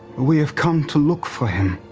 we have come to look for him